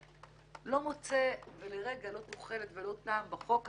לפניי, לא מוצא לרגע לא תוחלת ולא טעם בחוק הזה,